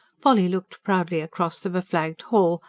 polly looked proudly across the beflagged hall,